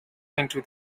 into